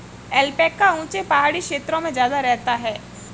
alpaca ऊँचे पहाड़ी क्षेत्रों में ज्यादा रहता है